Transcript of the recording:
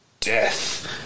death